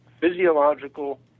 physiological